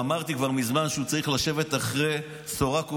ואמרתי כבר מזמן שהוא צריך לשבת מאחורי סורג ובריח.